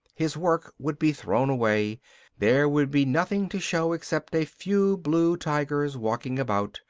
his work would be thrown away there would be nothing to show except a few blue tigers walking about,